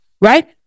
right